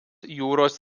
jūros